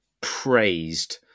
praised